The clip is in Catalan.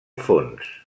fons